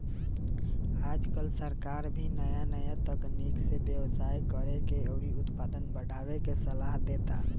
आजकल सरकार भी नाया नाया तकनीक से व्यवसाय करेके अउरी उत्पादन बढ़ावे के सालाह देता